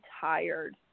tired